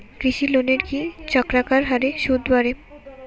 কৃষি লোনের কি চক্রাকার হারে সুদ বাড়ে?